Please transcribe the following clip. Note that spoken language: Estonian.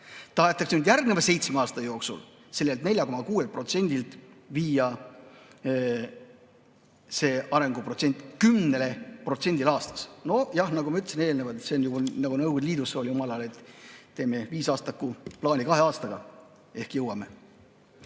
Tahetakse järgneva seitsme aasta jooksul sellelt 4,6%-lt viia see arenguprotsent 10%-le aastas. Nojah, nagu ma ütlesin eelnevalt, see on nagu Nõukogude Liidus oli omal ajal, et teeme viisaastaku plaani kahe aastaga, ehk jõuame.